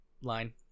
line